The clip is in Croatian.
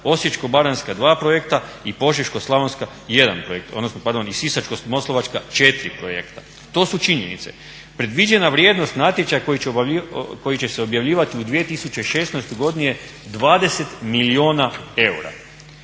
Osječko-baranjska 2 projekta, Požeško-Slavonska 1 projekt i Sisačko-moslavačka 4 projekta. To su činjenice. Predviđena vrijednost natječaja koji će se objavljivati u 2016. godini je 20 milijuna eura.